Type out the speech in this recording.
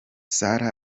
sarah